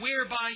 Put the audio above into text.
whereby